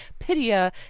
Pitya